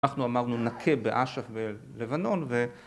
אנחנו אמרנו נקה באש"ף ובלבנון.